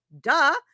Duh